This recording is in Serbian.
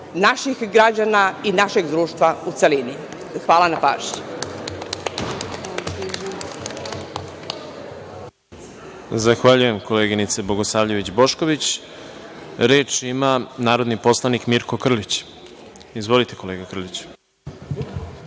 naših građana i našeg društva u celini. Hvala na pažnji.